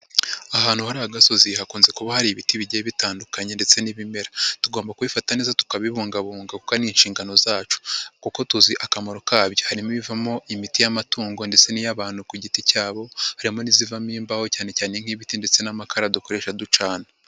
Ahantu hari agasozi hakunze kuba hari ibiti bigiye bitandukanye ndetse n'ibimera, tugomba kubifata neza tukabibungabunga kuko ari inshingano zacu, kuko tuzi akamaro kabyo harimo ibivamo imiti y'amatungo ndetse n'iy'abantu ku giti cyabo harimo n'izivamo imbaho cyane cyane nk'ibiti ndetse n'amakara dukoresha ducana.